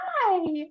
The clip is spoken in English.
Hi